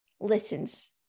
listens